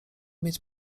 mieć